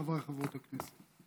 חבריי חברי הכנסת,